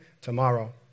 tomorrow